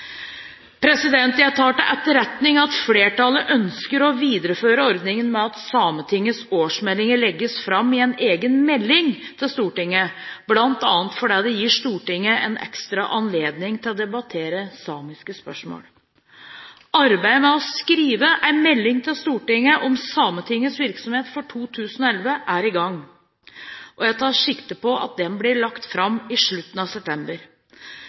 Jeg tar til etterretning at flertallet ønsker å videreføre ordningen med at Sametingets årsmeldinger legges fram i en egen melding til Stortinget, bl.a. fordi det gir Stortinget en ekstra anledning til å debattere samiske spørsmål. Arbeidet med å skrive en melding til Stortinget om Sametingets virksomhet for 2011 er i gang, og jeg tar sikte på at den blir lagt fram i slutten av september.